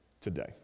today